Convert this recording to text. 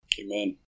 Amen